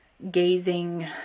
gazing